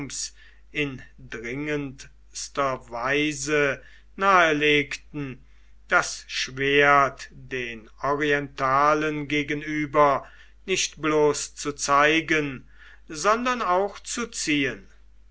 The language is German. in dringendster weise nahelegten das schwert den orientalen gegenüber nicht bloß zu zeigen sondern auch zu ziehen